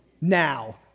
now